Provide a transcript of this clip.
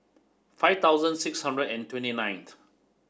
five thousand six hundred and twenty ninth